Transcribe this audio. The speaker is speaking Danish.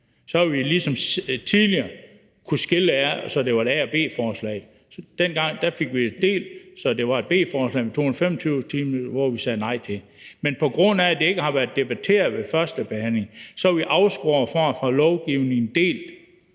havde vi ligesom tidligere kunnet skille det ad, så det var et A- og et B-forslag. Dengang fik vi det delt, så det var et B-forslag med 225-timersreglen, som vi sagde nej til. Men på grund af at det ikke har været debatteret ved førstebehandlingen, er vi afskåret fra at få lovgivningen delt.